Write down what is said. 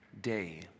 day